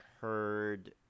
heard